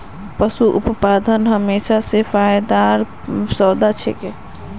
पशू उत्पादन हमेशा स फायदार सौदा छिके